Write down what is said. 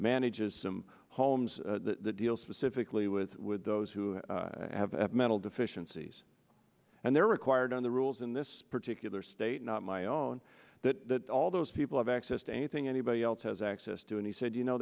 manages some homes that deal specifically with those who have mental deficiencies and they're required on the rules in this particular state not my own that all those people have access to anything anybody else has access to and he said you know